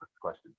question